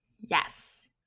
Yes